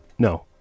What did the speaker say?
No